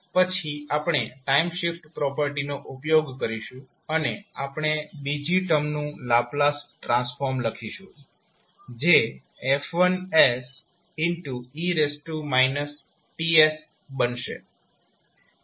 પછી આપણે time shift પ્રોપર્ટીનો ઉપયોગ કરીશું અને આપણે બીજી ટર્મનું લાપ્લાસ ટ્રાન્સફોર્મ લખીશું જે F1e Ts બનશે